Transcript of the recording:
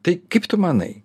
tai kaip tu manai